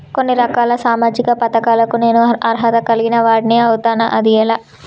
కొన్ని రకాల సామాజిక పథకాలకు నేను అర్హత కలిగిన వాడిని అవుతానా? అది ఎలా?